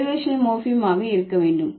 இது வகைக்கெழு மோர்பீம் ஆக இருக்க வேண்டும்